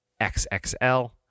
XXL